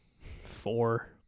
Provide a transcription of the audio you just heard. four